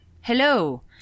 Hello